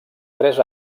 tres